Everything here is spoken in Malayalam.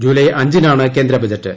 ജൂലൈ അഞ്ചിനാണ് കേന്ദ്ര ബജറ്റ്